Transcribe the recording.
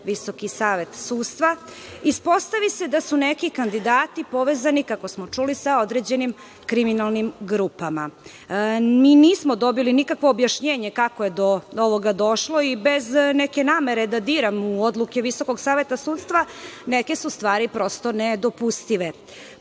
Visoki savet sudstva, ispostavi se da su neki kandidati povezani, kako smo čuli, sa određenim kriminalnim grupama. Mi nismo dobili nikakvo objašnjenje kako je do ovoga došlo i bez neke namere da diram u odluke Visokog saveta sudstva, neke su stvari prosto nedopustive.